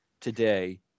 today